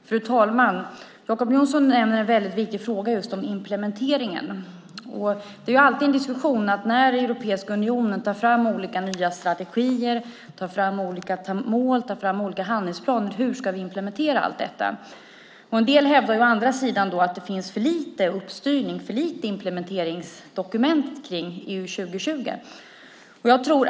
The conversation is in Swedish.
Fru talman! Jacob Johnson nämner en viktig fråga om implementeringen. Det är alltid en diskussion när Europeiska unionen tar fram olika nya strategier, mål och handlingsplaner om hur vi ska implementera allt detta. En del hävdar att det finns för lite uppstyrning, för lite implementeringsdokument kring EU 2020.